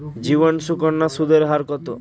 জীবন সুকন্যা সুদের হার কত?